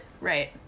right